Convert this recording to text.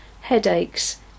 headaches